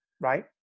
Right